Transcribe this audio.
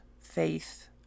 faith